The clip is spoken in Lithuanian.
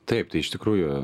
taip tai iš tikrųjų